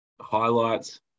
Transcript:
highlights